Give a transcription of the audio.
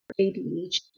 ADHD